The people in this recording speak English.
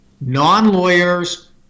Non-lawyers